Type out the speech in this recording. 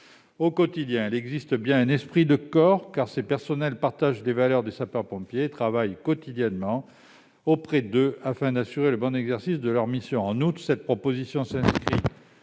Au quotidien, il existe bien un esprit de corps, car ces personnels partagent les valeurs des sapeurs-pompiers et travaillent quotidiennement auprès d'eux afin d'assurer le bon exercice de leur mission. En outre, cette mesure s'inscrit